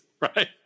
right